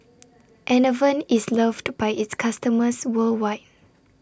Enervon IS loved By its customers worldwide